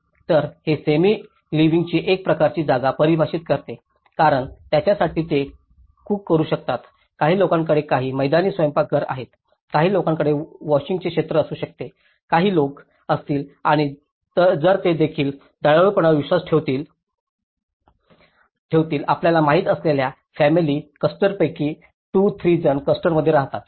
तर हे सेमी लिविंगची एक प्रकारची जागा परिभाषित करते कारण त्यांच्यासाठी ते कूक करू शकतात काही लोकांकडे काही मैदानी स्वयंपाकघर आहेत काही लोकांकडे वॉशिंगचे क्षेत्र असू शकते काही लोक असतील आणि जर ते देखील दयाळूपणावर विश्वास ठेवतील आपल्याला माहित असलेल्या फॅमिली क्लस्टर्सपैकी 2 3 जण क्लस्टरमध्ये राहतात